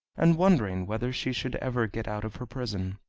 and wondering whether she should ever get out of her prison.